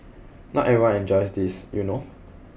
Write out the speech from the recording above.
not everyone enjoys this you know